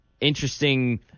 interesting